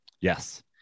Yes